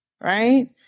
Right